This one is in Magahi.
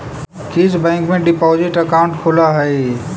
किस बैंक में डिपॉजिट अकाउंट खुलअ हई